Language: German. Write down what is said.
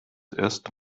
erste